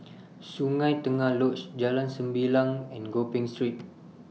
Sungei Tengah Lodge Jalan Sembilang and Gopeng Street